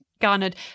garnered